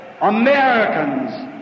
Americans